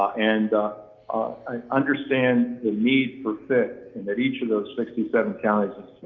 and ah i understand the need for fit and that each of those sixty seven counties is